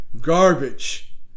Garbage